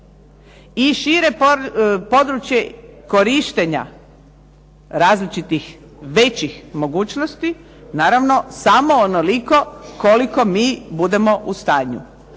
i šire područje korištenja različitih većih mogućnosti, naravno samo onoliko koliko mi budemo u stanju.